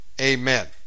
Amen